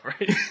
right